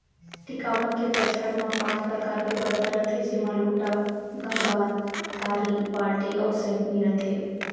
टिकावन के पंचहड़ म पॉंच परकार के बरतन रथे जेमा लोटा, गंगार, थारी, बाल्टी अउ सैकमी रथे